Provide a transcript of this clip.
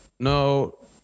No